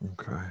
Okay